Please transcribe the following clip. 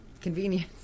convenience